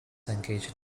engaged